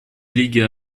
лиги